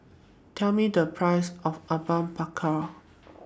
Tell Me The Price of Apom Berkuah